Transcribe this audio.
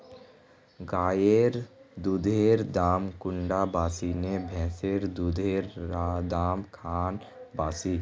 गायेर दुधेर दाम कुंडा बासी ने भैंसेर दुधेर र दाम खान बासी?